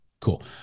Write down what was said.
Cool